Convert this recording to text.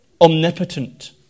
omnipotent